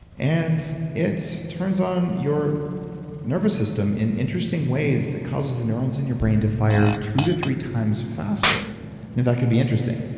and turns on your nervous system in interesting ways that causes the neurons in your brain to fire two to three times faster and that could be interesting,